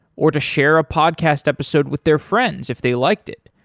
or to share a podcast episode with their friends if they liked it.